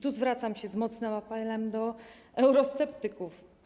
Tu zwracam się z mocnym apelem do eurosceptyków.